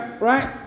right